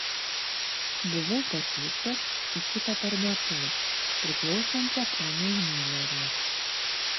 buvau pasiųstas į kitą parduotuvę priklausančią ponui miuleriui